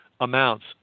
amounts